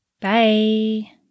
Bye